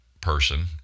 person